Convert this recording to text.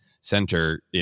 center